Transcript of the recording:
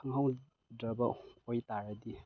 ꯈꯪꯍꯧꯗ꯭ꯔꯕ ꯑꯣꯏ ꯇꯥꯔꯗꯤ